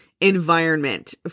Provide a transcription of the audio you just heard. environment